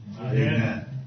Amen